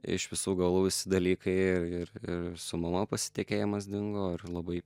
iš visų galų visi dalykai ir ir ir su mama pasitikėjimas dingo ir labai